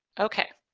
okay.